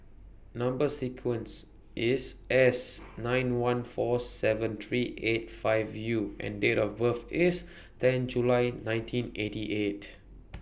Number sequence IS S nine one four seven three eight five U and Date of birth IS ten July nineteen eighty eight